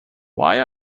why